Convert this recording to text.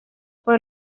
por